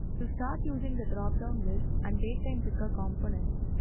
to start using the dropdown list and datetimepicker components,